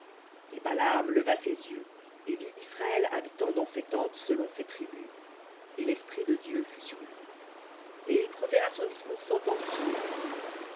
et balaam leva ses yeux et vit israël habitant dans ses tentes selon ses tribus et l'esprit de dieu fut sur lui et il proféra son discours sentencieux et dit